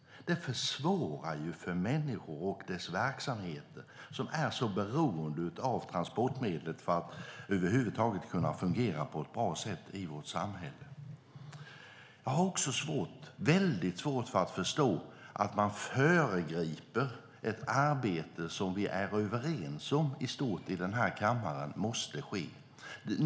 Det försvårar för människor och deras verksamheter som är så beroende av transportmedel för att över huvud taget kunna fungera på ett bra sätt i vårt samhälle. Jag har också mycket svårt att förstå att man föregriper ett arbete som vi i den här kammaren i stort är överens om måste ske.